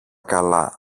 καλά